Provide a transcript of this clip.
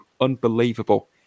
Unbelievable